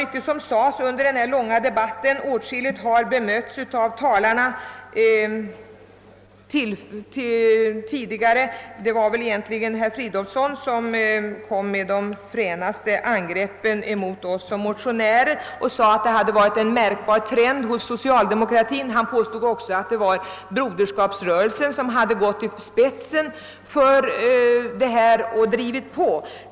Mycket har sagts under denna debatt, och många uttalanden har bemötts. Det var väl egentligen herr Fridolfsson i Stockholm som riktade de fränaste angreppen mot oss motionärer. Han sade att det inom socialdemokratin alltid har funnits en märkbar trend i motionernas riktning. Han påstod också att det varit Broderskapsrörelsen som gått i spetsen för och drivit på denna fråga.